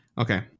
Okay